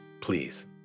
Please